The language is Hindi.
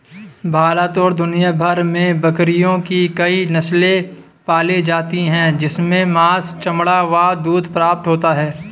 भारत और दुनिया भर में बकरियों की कई नस्ले पाली जाती हैं जिनसे मांस, चमड़ा व दूध प्राप्त होता है